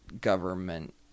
government